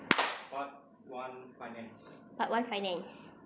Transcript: part one finance